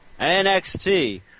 NXT